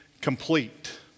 complete